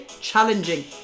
challenging